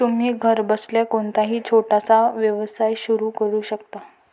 तुम्ही घरबसल्या कोणताही छोटासा व्यवसाय सुरू करू शकता